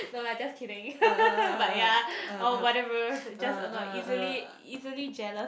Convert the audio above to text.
no lah just kidding but ya oh whatever just annoyed easily easily jealous